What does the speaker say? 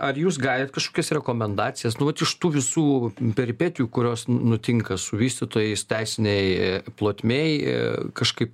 ar jūs galit kažkokias rekomendacijas nu vat iš tų visų peripetijų kurios nutinka su vystytojais teisinėj plotmėj kažkaip